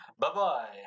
Bye-bye